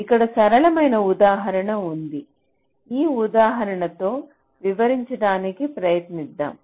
ఇక్కడ సరళమైన ఉదాహరణ ఉంది ఈ ఉదాహరణతోనే వివరించడానికి ప్రయత్నిద్దాం